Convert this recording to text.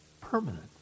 permanent